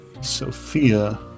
Sophia